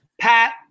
Pat